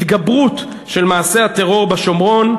התגברות של מעשי הטרור בשומרון,